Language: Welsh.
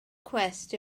cwest